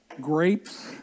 grapes